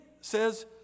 says